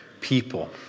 people